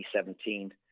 2017